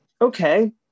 Okay